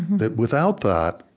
that without that,